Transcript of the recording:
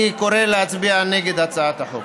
אני קורא להצביע נגד הצעת החוק.